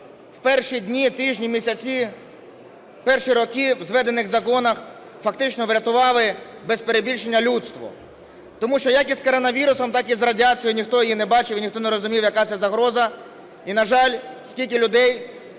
в перші дні, тижні, місяці, перші роки в зведених загонах фактично врятували, без перебільшення, людство. Тому що, як із коронавірусом, так і радіацією, ніхто її не бачив і ніхто не розумів, яка це загроза. І на жаль, скільки людей